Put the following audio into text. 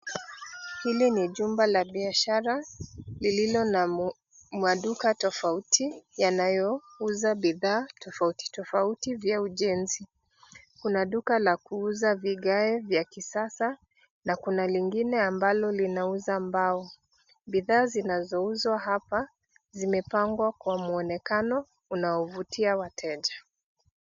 Hili ni jumba la biashara lililo na maduka tofauti yanayouza bidhaa tofauti tofauti vya ujenzi. Kuna duka la kuuza vigae vya kisasa na kuna lingine ambalo linauza mbao. Bidhaa zinazouzwa hapa zimepangwa kwa mwonekano unaovutia wateja.